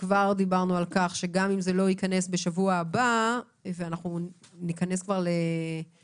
כבר דיברנו על כך שגם אם זה לא ייכנס בשבוע הבא ואנחנו ניכנס כבר לפגרה,